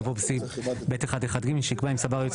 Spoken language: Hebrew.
(ב1)(1)(ב) יבוא סעיף (ב1)(1)(ג) שיקבע 'אם סבר היועץ